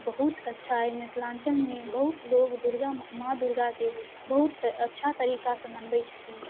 बहुत अच्छा अइ मिथिलाञ्चलमे बहुत लोक दुर्गा माँ दुर्गाके बहुत अच्छा तरीकासँ मनबै छथिन